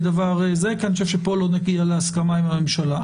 כי אני חושב שפה לא נגיע להסכמה עם הממשלה.